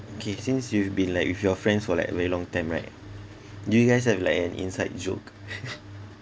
okay since you've been like with your friends for like very long time right do you guys have like an inside joke